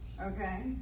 Okay